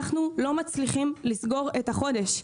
אנחנו לא מצליחים לסגור את החודש.